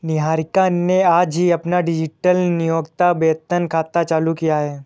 निहारिका ने आज ही अपना डिजिटल नियोक्ता वेतन खाता चालू किया है